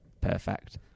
Perfect